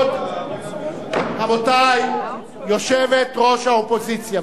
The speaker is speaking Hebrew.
רבותי, יושבת-ראש האופוזיציה.